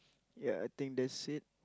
ya I think that's it